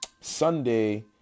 Sunday